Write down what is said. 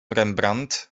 rembrandt